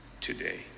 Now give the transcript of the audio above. today